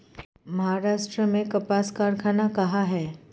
महाराष्ट्र में कपास कारख़ाना कहाँ है?